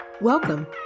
welcome